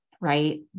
right